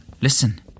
listen